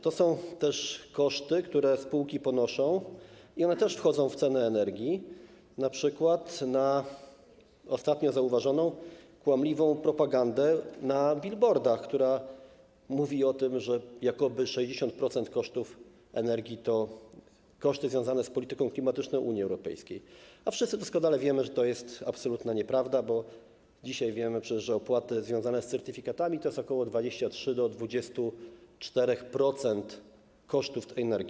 To są też koszty, które spółki ponoszą, i one też wchodzą w cenę energii, np. na ostatnio zauważoną kłamliwą propagandę na bilbordach, która mówi o tym, że jakoby 60% kosztów energii to koszty związane z polityką klimatyczną Unii Europejskiej, a wszyscy doskonale wiemy, że to jest absolutna nieprawda, bo opłaty związane z certyfikatami to jest ok. 23-24% kosztów tej energii.